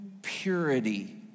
purity